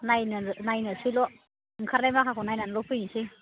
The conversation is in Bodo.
नायनोसैल' ओंखारनाय माखाखौ नायनानैल' फैनोसै